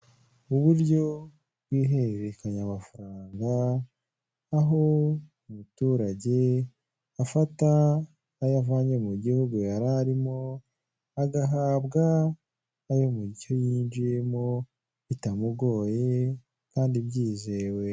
Uburyo bw'ihererekanya amafaranga aho umuturage afata ayo avanye mu gihugu yari arimo agahabwa ayo mucyo yinjiyemo bitamugoye kandi byizewe.